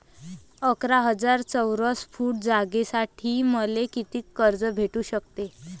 अकरा हजार चौरस फुट जागेसाठी मले कितीक कर्ज भेटू शकते?